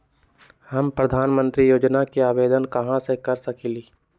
हम प्रधानमंत्री योजना के आवेदन कहा से कर सकेली?